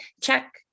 check